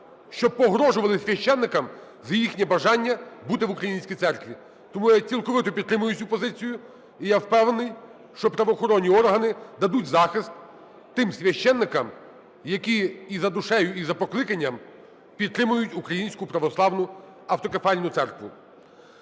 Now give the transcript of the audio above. щоб погрожували священикам за їхнє бажання бути в українській церкві. Тому я цілковито підтримую цю позицію, і я впевнений, що правоохоронні органи дадуть захист тим священикам, які і за душею, і за покликанням підтримують українську православну автокефальну церкву.